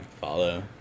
follow